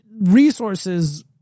resources